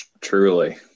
truly